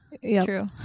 True